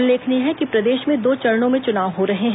उल्लेखनीय है कि प्रदेश मे दो चरणों में चुनाव हो रहे हैं